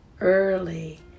early